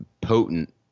potent